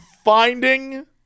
Finding